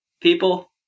people